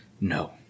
No